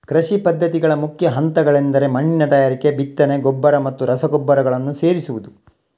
ಕೃಷಿ ಪದ್ಧತಿಗಳ ಮುಖ್ಯ ಹಂತಗಳೆಂದರೆ ಮಣ್ಣಿನ ತಯಾರಿಕೆ, ಬಿತ್ತನೆ, ಗೊಬ್ಬರ ಮತ್ತು ರಸಗೊಬ್ಬರಗಳನ್ನು ಸೇರಿಸುವುದು